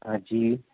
ہاں جی